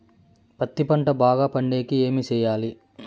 పత్తి పంట బాగా పండే కి ఏమి చెయ్యాలి?